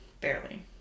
Barely